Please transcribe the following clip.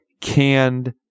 canned